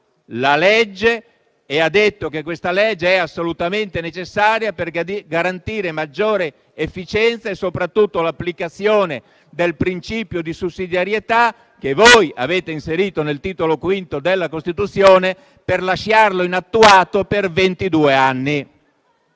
la legge e ha detto che essa è assolutamente necessaria perché garantisce maggiore efficienza e soprattutto l'applicazione del principio di sussidiarietà, che voi avete inserito nel Titolo V della Costituzione per lasciarlo inattuato per ventidue